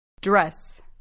Dress